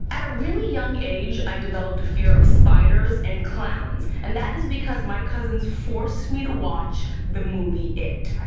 at a really young age, i developed a fear of spiders and clowns. and that is because my cousins forced me to watch the movie it.